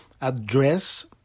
address